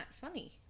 funny